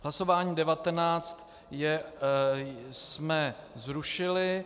Hlasování devatenáct jsme zrušili.